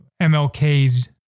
MLK's